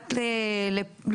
שמובאת תוך חודש ימים,